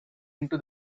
into